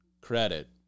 credit